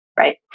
right